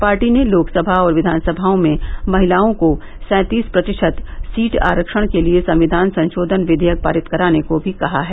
party ने लोकसना और विघानसभाओं में महिलाओं को सैंतीस प्रतिशत सीट आरक्षण के लिए संविधान संशोधन विघेयक पारित कराने को भी कहा है